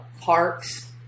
parks